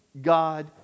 God